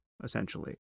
essentially